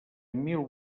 mil